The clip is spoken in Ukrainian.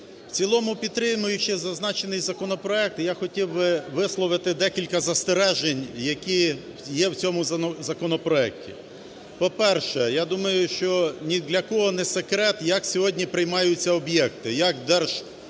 В цілому підтримуючи зазначений законопроект, я хотів би висловити декілька застережень, які є в цьому законопроекті. По-перше, я думаю, що ні для кого не секрет, як сьогодні приймаються об'єкти, як